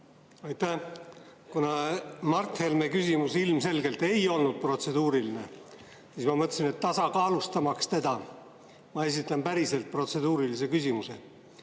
Aitäh! Kuna Mart Helme küsimus ilmselgelt ei olnud protseduuriline, siis ma mõtlesin, et tasakaalustamaks teda esitan ma päriselt protseduurilise küsimuse.